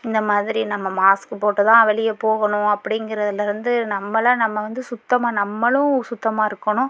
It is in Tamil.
இந்த மாதிரி நம்ம மாஸ்க் போட்டுதான் வெளியே போகணும் அப்படிங்கறதில் வந்து நம்மளை நம்ம வந்து சுத்தமாக நம்மளும் சுத்தமாக இருக்கணும்